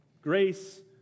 Grace